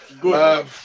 Good